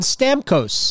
Stamkos